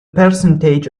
percentage